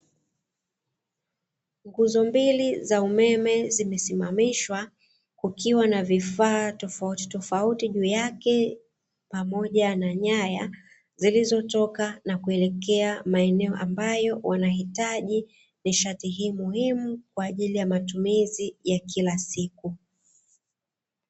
Nguzo mbili za umeme zimesimamishwa kukiwa na vifaa tofauti tofauti juu yake pamoja na nyaya, zilizotoka na kuelekea maeneo ambayo wanahitaji nishati hii muhimu kwa ajili ya matumizi ya kila siku.